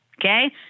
okay